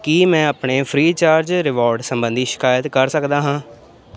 ਕੀ ਮੈਂ ਆਪਣੇ Freecharge reward ਸੰਬੰਧੀ ਸ਼ਿਕਾਇਤ ਕਰ ਸਕਦਾ ਹਾਂ